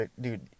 Dude